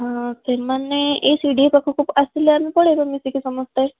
ହଁ ସେମାନେ ଏଇ ସି ଡ଼ି ଏ ପାଖକୁ ଆସିଲେ ଆମେ ପଳାଇବା ମିଶିକି ସମସ୍ତେ